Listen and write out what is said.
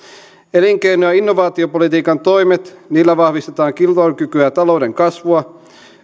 elinkeino ja innovaatiopolitiikan toimet niillä vahvistetaan kilpailukykyä ja talouden kasvua